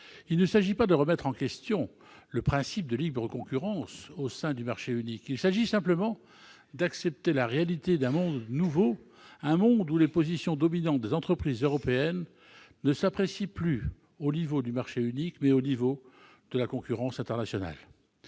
Il ne s'agit pas de remettre en question le principe de libre concurrence au sein du marché unique, mais simplement d'accepter la réalité d'un monde nouveau dans lequel les positions dominantes des entreprises européennes ne s'apprécient plus au niveau du marché unique, mais de la concurrence internationale.